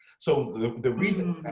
so the the reason that,